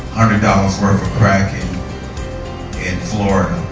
hundred dollars worth of crack in in florida.